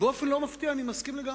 באופן לא מפתיע אני מסכים לגמרי,